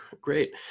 Great